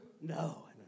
No